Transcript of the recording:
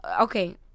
Okay